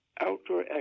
outdoor